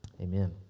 Amen